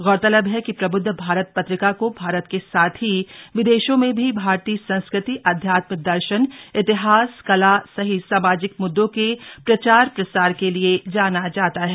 गौरतलब है कि प्रबुद्ध भारत पत्रिका को भारत के साथ ही विदेशों में भी भारतीय संस्कृति अध्यात्म दर्शन इतिहास कला सहित सामाजिक मुद्दों के प्रचार प्रसार के लिए जाना जाता है